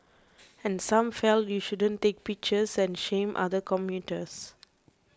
and some felt you shouldn't take pictures and shame other commuters